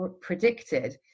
predicted